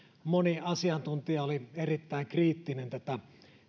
moni asiantuntija oli erittäin kriittinen tätä